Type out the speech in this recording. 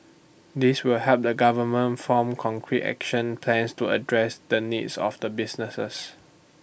this will help the government form concrete action plans to address the needs of businesses